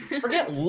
Forget